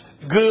good